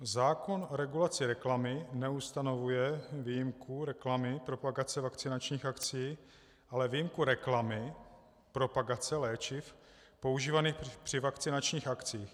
Zákon o regulaci reklamy neustanovuje výjimku reklamy propagace vakcinačních akcí, ale výjimku reklamy propagace léčiv používaných při vakcinačních akcích.